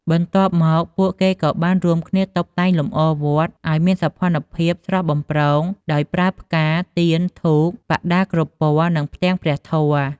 បន្ទាប់មក ពួកគេក៏បានរួមគ្នាតុបតែងលម្អវត្តឱ្យមានសោភ័ណភាពស្រស់បំព្រង ដោយប្រើផ្កា ទៀនធូប បដាគ្រប់ពណ៌ និងផ្ទាំងព្រះធម៌។